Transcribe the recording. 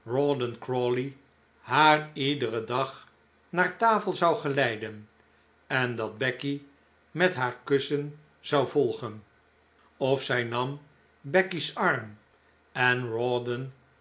rawdon crawley haar iederen dag naar tafel zou geleiden en dat becky met haar kussen zou volgen of zij nam becky's arm en rawdon